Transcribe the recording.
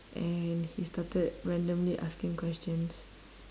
and he started randomly asking questions